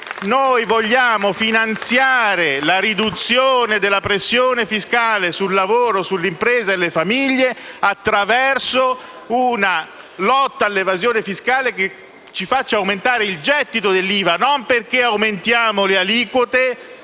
noi vogliamo finanziare la riduzione della pressione fiscale sul lavoro, sull'impresa e sulle famiglie attraverso una lotta all'evasione fiscale che ci faccia aumentare il gettito dell'IVA, non perché aumentiamo le aliquote